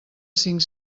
cinc